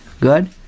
Good